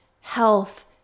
health